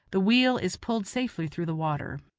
the wheel is pulled safely through the water.